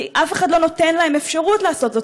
כי אף אחד לא נותן להם אפשרות לעשות זאת.